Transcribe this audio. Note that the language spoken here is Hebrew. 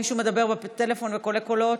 מישהו מדבר בטלפון בקולי קולות.